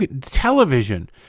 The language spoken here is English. Television